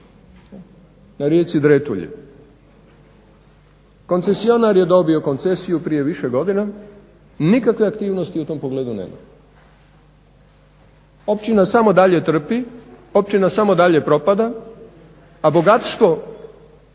na rijeci Dretulji. Koncesionar je dobio koncesiju prije više godina, nikakve aktivnosti u tom pogledu nema. Općina samo dalje trpi, općina samo dalje propada, a bogatstvo